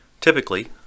Typically